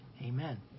Amen